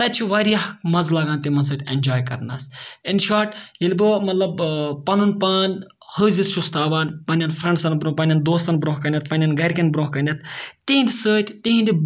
تَتہِ چھُ واریاہ مَزٕ لگان تِمَن سۭتۍ اٮ۪نجاے کَرنَس اِن شاٹ ییٚلہِ بہٕ مطلب پَنُن پان حٲضِر چھُس تھاوان پنٛنٮ۪ن فرٛٮ۪نٛڈسن برونٛہہ پنٛنٮ۪ن دوستَن برونٛہہ کَنٮ۪تھ پنٛنٮ۪ن گَرِکٮ۪ن برونٛہہ کَنٮ۪تھ تِہِنٛدِ سۭتۍ تِہِنٛدِ